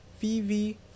VV